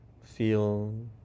feel